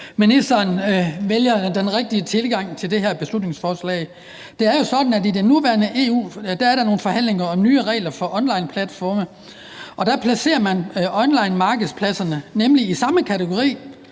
ministeren vælger den rigtige tilgang til det her beslutningsforslag. Det er jo sådan, at i det nuværende EU er der nogle forhandlinger om nye regler for onlineplatforme, og der placerer man onlinemarkedspladserne i samme kategori